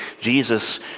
Jesus